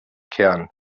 kern